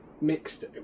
mixed